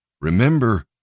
Remember